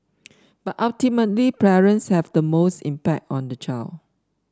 but ultimately parents have the most impact on the child